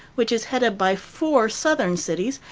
which is headed by four southern cities,